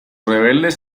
rebeldes